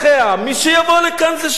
מי שיבוא לכאן זה שלו,